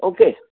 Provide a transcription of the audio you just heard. okay